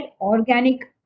organic